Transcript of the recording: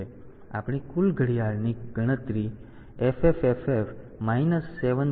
તેથી આપણી કુલ ઘડિયાળની ગણતરી FFFF 7634 1 છે